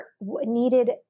needed